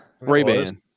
ray-ban